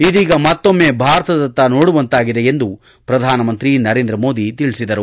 ಇದೀಗ ಮತ್ತೊಮ್ಮೆ ಭಾರತದತ್ತ ಸೋಡುವಂತಾಗಿದೆ ಎಂದು ಪ್ರಧಾನಮಂತ್ರಿ ನರೇಂದ್ರ ಮೋದಿ ಹೇಳಿದರು